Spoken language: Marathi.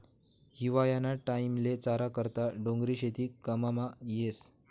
हिवायाना टाईमले चारा करता डोंगरी शेती काममा येस